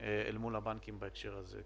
מול הבנקים בהקשר הזה.